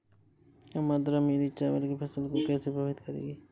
कम आर्द्रता मेरी चावल की फसल को कैसे प्रभावित करेगी?